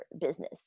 business